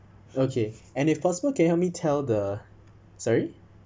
okay and if possible can you help me tell the sorry